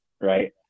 right